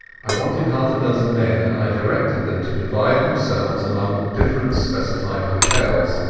i wanted half a dozen men, and i directed them to divide themselves among different specified hotels.